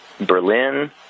Berlin